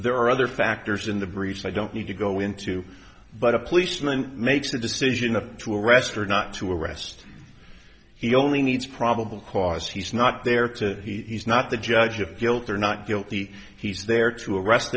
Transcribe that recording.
there are other factors in the briefs i don't need to go into but a policeman makes the decision of to arrest or not to arrest he only needs probable cause he's not there to he's not the judge of guilty or not guilty he's there to arrest